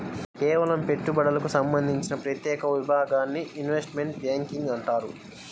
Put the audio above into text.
కేవలం పెట్టుబడులకు సంబంధించిన ప్రత్యేక విభాగాన్ని ఇన్వెస్ట్మెంట్ బ్యేంకింగ్ అంటారు